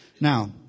Now